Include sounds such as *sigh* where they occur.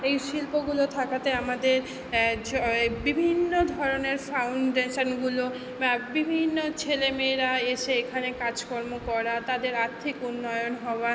এই শিল্পগুলো থাকাতে আমাদের *unintelligible* বিভিন্ন ধরণের ফাউন্ডেশানগুলো বা বিভিন্ন ছেলে মেয়েরা এসে এখানে কাজকর্ম করা তাদের আর্থিক উন্নয়ন হওয়া